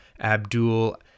Abdul